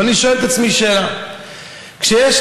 אבל אני שואל את עצמי שאלה: כשיש,